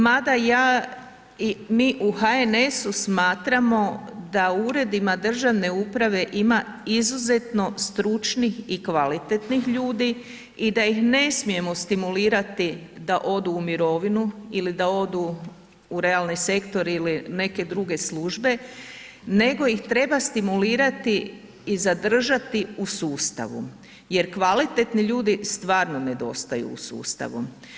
Mada ja i mi u HNS-u smatramo da u uredima državne uprave ima izuzetno stručnih i kvalitetnih ljudi i da ih ne smijemo stimulirati da odu u mirovinu ili da odu u realni sektor ili neke druge službe, nego ih treba stimulirati i zadržati u sustavu jer kvalitetni ljudi stvarno nedostaju u sustavu.